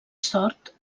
sort